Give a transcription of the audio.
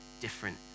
different